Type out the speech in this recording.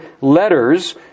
letters